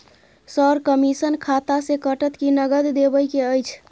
Sir, commission खाता से कटत कि नगद देबै के अएछ?